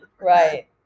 Right